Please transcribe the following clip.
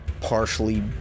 partially